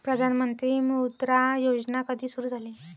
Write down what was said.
प्रधानमंत्री मुद्रा योजना कधी सुरू झाली?